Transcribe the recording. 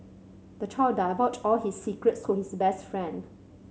the child divulged all his secrets to his best friend